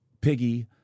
Piggy